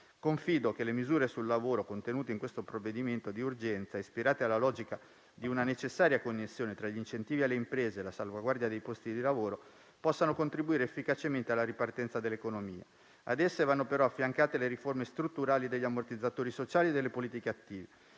Confido che le misure sul lavoro contenute in questo provvedimento di urgenza, ispirate alla logica di una necessaria connessione tra gli incentivi alle imprese e la salvaguardia dei posti di lavoro, possano contribuire efficacemente alla ripartenza dell'economia. Ad esse vanno però affiancate le riforme strutturali degli ammortizzatori sociali e delle politiche attive,